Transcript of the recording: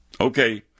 Okay